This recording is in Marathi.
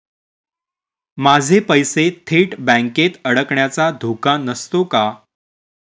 माझे पैसे थेट बँकेत अडकण्याचा धोका नसतो का?